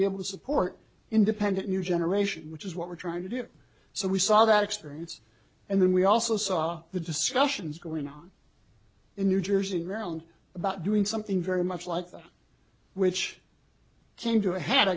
be able to support independent new generation which is what we're trying to do so we saw that experience and then we also saw the discussions going on in new jersey in maryland about doing something very much like that which came to a head i